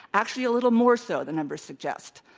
actually a little more so, the numbers suggest.